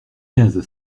quinze